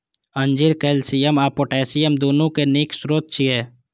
अंजीर कैल्शियम आ पोटेशियम, दुनू के नीक स्रोत छियै